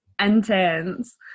intense